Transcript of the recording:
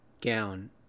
gown